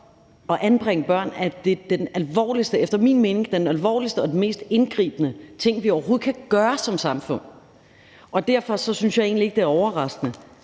At anbringe børn er efter min mening den alvorligste og den mest indgribende ting, vi overhovedet kan gøre som samfund. Derfor synes jeg egentlig ikke, det er overraskende,